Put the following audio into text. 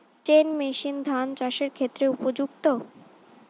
Chain machine ধান চাষের ক্ষেত্রে উপযুক্ত?